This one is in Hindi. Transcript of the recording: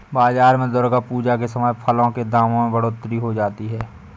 बाजार में दुर्गा पूजा के समय फलों के दामों में बढ़ोतरी हो जाती है